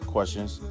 Questions